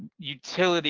utility.